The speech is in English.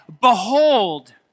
Behold